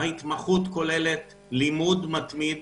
ההתמחות כוללת לימוד מתמיד